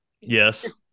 Yes